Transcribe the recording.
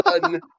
done